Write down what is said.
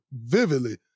vividly